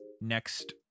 next